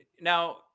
now